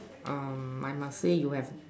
um I must say you have